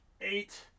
Eight